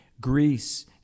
Greece